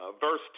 verse